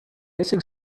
hissing